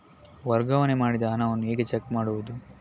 ವರ್ಗಾವಣೆ ಮಾಡಿದ ಹಣವನ್ನು ಹೇಗೆ ಚೆಕ್ ಮಾಡುವುದು?